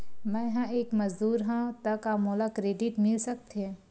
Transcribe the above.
मैं ह एक मजदूर हंव त का मोला क्रेडिट मिल सकथे?